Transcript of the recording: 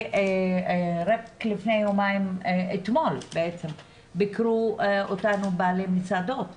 רק אתמול ביקרו אותנו בעלי מסעדות,